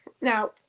now